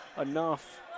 enough